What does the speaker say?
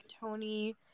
Tony